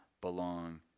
belong